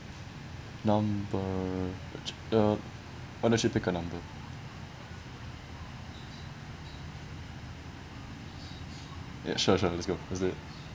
number which uh why don't you pick a number ya sure sure let's go let's do it